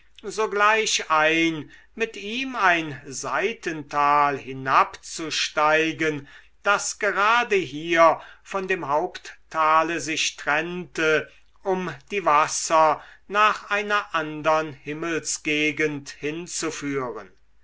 sogleich ein mit ihm ein seitental hinabzusteigen das gerade hier von dem haupttale sich trennte um die wasser nach einer andern himmelsgegend hinzuführen